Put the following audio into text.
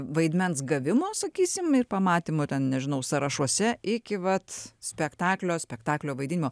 vaidmens gavimo sakysim ir pamatymo ten nežinau sąrašuose iki vat spektaklio spektaklio vaidinimo